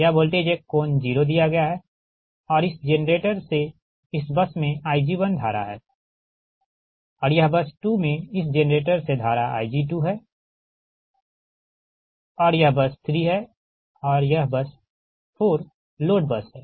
यह वोल्टेज एक कोण जीरो दिया गया है और इस जेनरेटर से इस बस में Ig1 धारा है और यह बस 2 मे इस जेनरेटर से धारा Ig2 है ठीक और यह बस 3 और 4 लोड बस है